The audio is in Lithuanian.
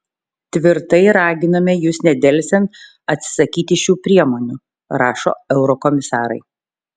tvirtai raginame jus nedelsiant atsisakyti šių priemonių rašo eurokomisarai